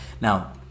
Now